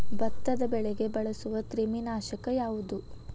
ಭತ್ತದ ಬೆಳೆಗೆ ಬಳಸುವ ಕ್ರಿಮಿ ನಾಶಕ ಯಾವುದು?